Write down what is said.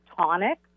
tonic